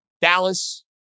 Dallas